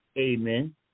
amen